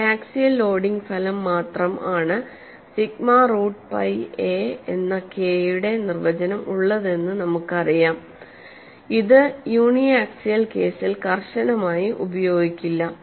ഒരു biaxial loading ഫലത്തിന് മാത്രം ആണ് സിഗ്മ റൂട്ട് പൈ എ എന്ന കെ യുടെ നിർവചനം ഉള്ളതെന്ന് നമുക്കറിയാം ഇത് യൂണി ആക്സിയൽ കേസിൽ കർശനമായി ഉപയോഗിക്കില്ല